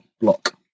block